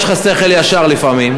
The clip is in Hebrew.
יש לך שכל ישר לפעמים,